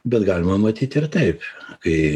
bet galima matyt ir taip kai